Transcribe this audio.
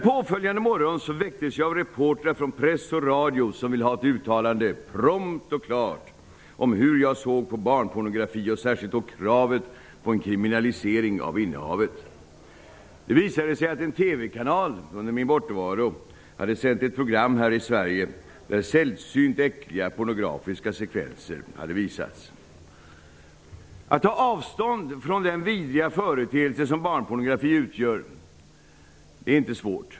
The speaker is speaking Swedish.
Påföljande morgon väcktes jag av reportrar från press och radio, som ville ha ett uttalande -- prompt och klart -- om hur jag såg på barnpornografi, och särskilt då kravet på en kriminalisering av innehavet. Det visade sig att en TV-kanal hade sänt ett program där sällsynt äckliga barnpornografiska sekvenser hade visats. Att ta avstånd från den vidriga företeelse som barnpornografi utgör var inte svårt.